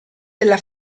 della